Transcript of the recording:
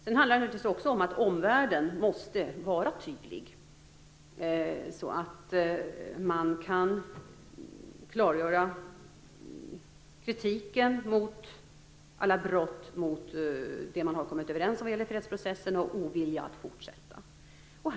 Sedan handlar det naturligtvis också om att omvärlden måste vara tydlig, så att man kan klargöra kritiken mot alla brott mot det som man har kommit överens om vad gäller fredsprocessen och oviljan att fortsätta fredsprocessen.